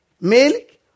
milk